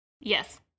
Yes